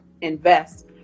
invest